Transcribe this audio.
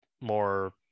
more